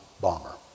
bomber